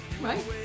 right